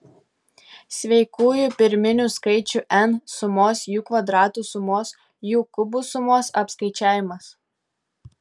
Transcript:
sveikųjų pirminių skaičių n sumos jų kvadratų sumos jų kubų sumos apskaičiavimas